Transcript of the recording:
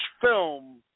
film